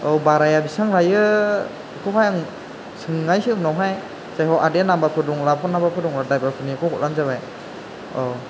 औ बाराया बिसिबां लायो बेखौहाय आं सोंनायसै उनाव हाय जायहख आदाया नाम्बार फोर दंब्ला फन नाम्बार फोर दंब्ला ड्राइभार फोरनिखौ हरबानो जाबाय औ